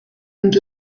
and